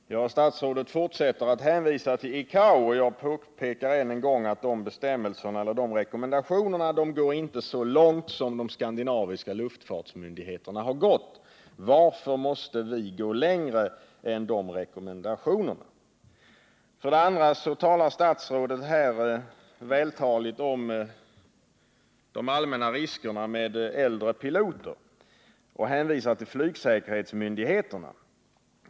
Herr talman! Statsrådet fortsätter att hänvisa till ICAO, och jag påpekar än en gång att ICAO:s rekommendationer inte går så långt som de skandinaviska luftfartsmyndigheterna har gått. Varför måste vi gå längre än de rekommendationerna? Statsrådet talar vidare vältaligt om de allmänna riskerna med äldre piloter och hänvisar till flygsäkerhetsmyndigheterna.